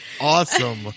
awesome